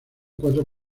cuatro